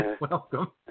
welcome